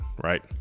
right